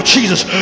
Jesus